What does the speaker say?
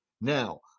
Now